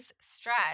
stress